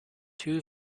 two